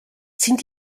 sind